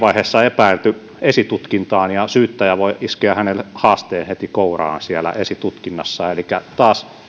epäilty esitutkintaan ja syyttäjä voi iskeä hänelle haasteen heti kouraan siellä esitutkinnassa elikkä taas